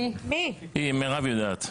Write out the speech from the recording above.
מרב יודעת.